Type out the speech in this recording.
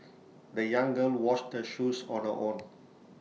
the young girl washed her shoes on her own